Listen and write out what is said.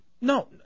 No